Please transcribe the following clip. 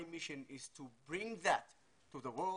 המדינה שהוקמה כאן לפני 72 שנה.